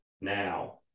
now